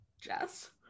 jess